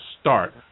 start